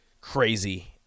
crazy